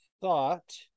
thought